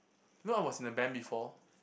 you know I was in a band before